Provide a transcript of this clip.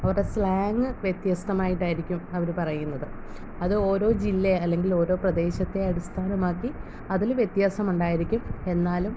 അവരുടെ സ്ലാങ്ങ് വ്യ ത്യസ്തമായിട്ടായിരിക്കും അവർ പറയുന്നത് അത് ഓരോ ജില്ല അല്ലെങ്കിൽ ഓരോ പ്രദേശത്തെ അടിസ്ഥാനമാക്കി അതിൽ വ്യത്യാസമുണ്ടായിരിക്കും എന്നാലും